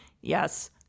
yes